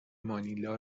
مانیلا